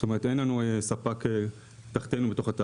זאת אומרת אין לנו ספק תחתינו בתהליך,